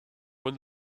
when